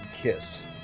Kiss